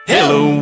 Hello